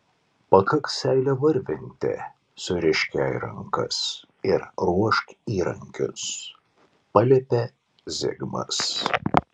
pakaks seilę varvinti surišk jai rankas ir ruošk įrankius paliepė zigmas